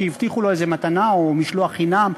כי הבטיחו לו איזו מתנה או משלוח חינם.